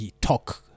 ...TALK